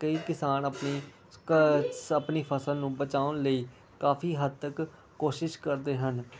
ਕਈ ਕਿਸਾਨ ਆਪਣੀ ਕ ਸ ਆਪਣੀ ਫਸਲ ਨੂੰ ਬਚਾਉਣ ਲਈ ਕਾਫੀ ਹੱਦ ਤੱਕ ਕੋਸ਼ਿਸ਼ ਕਰਦੇ ਹਨ